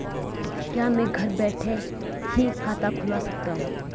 क्या मैं घर बैठे ही खाता खुलवा सकता हूँ?